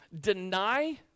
deny